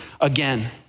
again